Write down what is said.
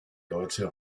deutschen